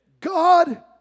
God